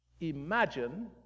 Imagine